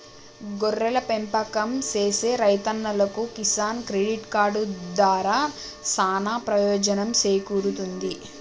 గొర్రెల పెంపకం సేసే రైతన్నలకు కిసాన్ క్రెడిట్ కార్డు దారా సానా పెయోజనం సేకూరుతుంది